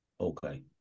okay